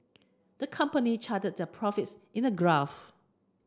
the company charted their profits in a graph